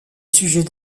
sujet